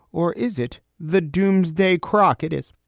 or is it the doomsday crock? it is.